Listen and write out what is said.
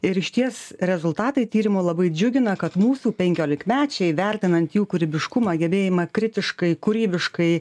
ir išties rezultatai tyrimo labai džiugina kad mūsų penkiolikmečiai vertinant jų kūrybiškumą gebėjimą kritiškai kūrybiškai